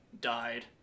died